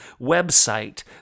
website